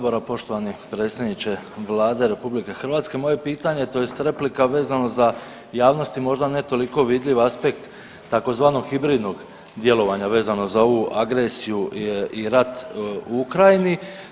Poštovani predsjedniče Vlade RH, moje pitanje je tj. replika vezano za javnosti možda ne toliko vidljiv aspekt tzv. hibridnog djelovanja vezano za ovu agresiju i rat u Ukrajini.